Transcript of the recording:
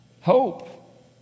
Hope